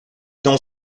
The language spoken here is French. dans